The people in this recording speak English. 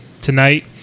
tonight